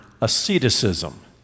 asceticism